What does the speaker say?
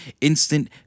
instant